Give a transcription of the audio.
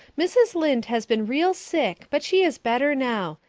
mrs. lynde has been real sick but she is better now.